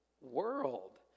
world